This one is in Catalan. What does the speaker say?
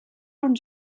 uns